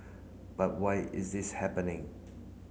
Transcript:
but why is this happening